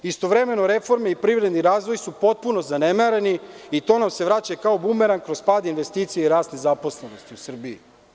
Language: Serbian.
Istovremeno reforme i privredni razvoj su potpuno zanemareni i to nam se vraća kao bumerang kroz pad investicija i rast nezaposlenosti u Srbiji.